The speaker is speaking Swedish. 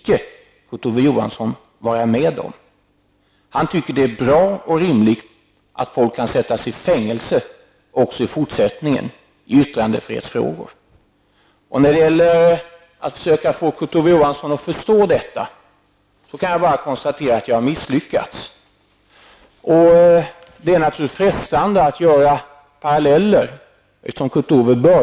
Kurt Ove Johansson vill inte vara med om det. Han tycker att det är bra och rimligt att folk även i fortsättningen kan sättas i fängelse när det gäller yttrandefrihetsfrågor. Jag kan bara konstatera att jag har misslyckats när det gäller att få Kurt Ove Johansson att förstå detta. Eftersom Kurt Ove Johansson började tala om fåglar, är det naturligtvis frestande att dra paralleller.